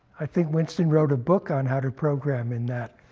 i think winston wrote a book on how to program in that.